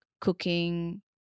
cooking